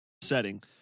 setting